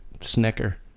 snicker